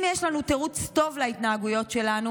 אם יש לנו תירוץ טוב להתנהגויות שלנו,